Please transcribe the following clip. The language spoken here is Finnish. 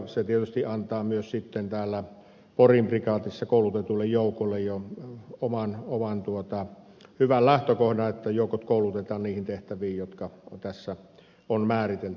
se tietysti antaa myös porin prikaatissa koulutetulle joukolle jo oman hyvän lähtökohdan että joukot koulutetaan niihin tehtäviin jotka tässä on määritelty